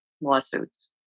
lawsuits